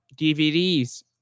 DVDs